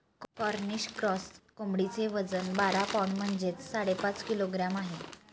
Cornish cross कोंबडीचे वजन बारा पौंड म्हणजेच साडेपाच किलोग्रॅम आहे